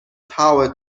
power